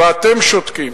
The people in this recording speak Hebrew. ואתם שותקים.